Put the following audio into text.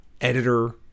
editor